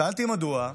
שאלתי מדוע,